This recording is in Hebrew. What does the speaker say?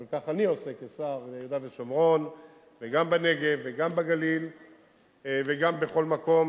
אבל כך אני עושה כשר ביהודה ושומרון וגם בנגב וגם בגליל וגם בכל מקום,